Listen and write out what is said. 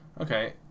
okay